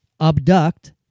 abduct